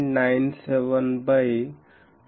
972π root 2π అవుతుంది